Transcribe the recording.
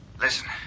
listen